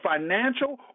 financial